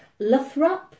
luthrop